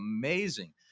amazing